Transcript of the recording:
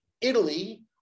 Italy